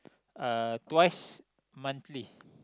uh twice monthly